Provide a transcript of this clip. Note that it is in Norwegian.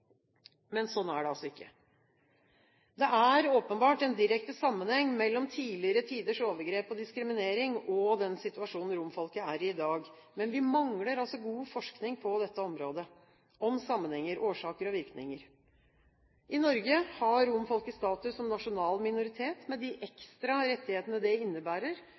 men slik er det altså ikke. Det er åpenbart en direkte sammenheng mellom tidligere tiders overgrep og diskriminering, og den situasjonen romfolket er i i dag, men vi mangler god forskning om sammenhenger, årsaker og virkninger på dette området. I Norge har romfolket status som nasjonal minoritet, med de ekstra rettighetene det